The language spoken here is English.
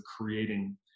creating